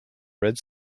red